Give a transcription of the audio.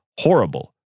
horrible